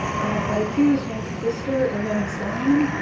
and i accused my sister of having stolen them.